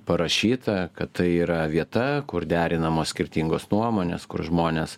parašyta kad tai yra vieta kur derinamos skirtingos nuomonės kur žmonės